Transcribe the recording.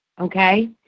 okay